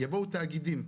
יבואו תאגידים,